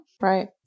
Right